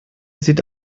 sieht